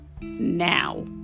now